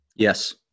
Yes